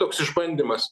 toks išbandymas